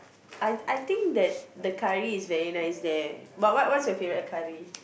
I I think that the curry is very nice there but what's what's your favourite curry